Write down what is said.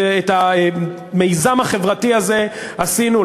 את המיזם החברתי הזה עשינו,